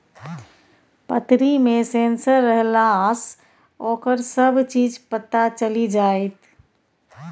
पतरी मे सेंसर रहलासँ ओकर सभ चीज पता चलि जाएत